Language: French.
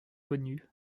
connu